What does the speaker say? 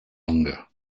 longer